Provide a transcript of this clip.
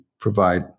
provide